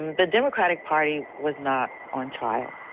the democratic party was not on trial.